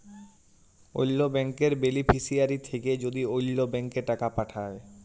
অল্য ব্যাংকের বেলিফিশিয়ারি থ্যাকে যদি অল্য ব্যাংকে টাকা পাঠায়